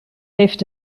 heeft